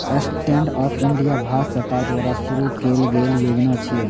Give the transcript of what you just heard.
stand up India Bharat सरकार द्वारा शुरू कैल गेल योजना छियै